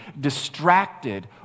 distracted